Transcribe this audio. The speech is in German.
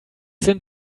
sind